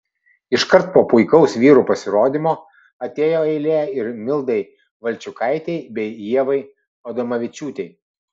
iškart po puikaus vyrų pasirodymo atėjo eilė ir mildai valčiukaitei bei ievai adomavičiūtei